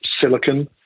silicon